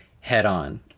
head-on